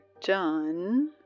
done